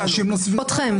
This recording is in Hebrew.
אתכם.